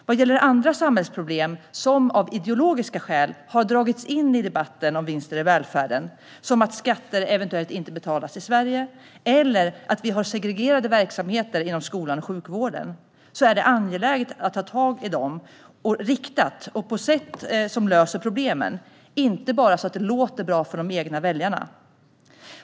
Vad gäller andra samhällsproblem som av ideologiska skäl har dragits in i debatten om vinster i välfärden - som att skatter eventuellt inte betalas i Sverige eller att vi har segregerade verksamheter inom skolan och sjukvården - är det angeläget att ta tag i dem riktat och på sätt som löser problemen, inte bara så att det låter bra för de egna väljarna.